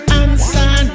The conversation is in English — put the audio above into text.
answer